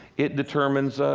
it determines,